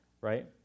Right